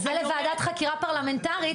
זה לוועדת חקירה פרלמנטרית,